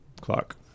Clock